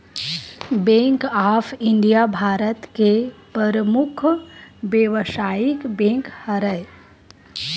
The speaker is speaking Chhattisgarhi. बेंक ऑफ इंडिया भारत के परमुख बेवसायिक बेंक हरय